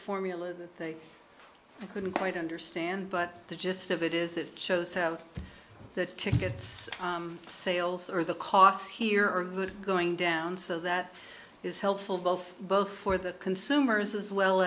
formula that i couldn't quite understand but the gist of it is it shows have the tickets sales or the costs here are good going down so that is helpful both both for the consumers as well